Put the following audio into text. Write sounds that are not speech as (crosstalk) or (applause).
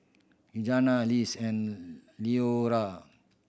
Regena (unintelligible) and Leora